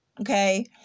okay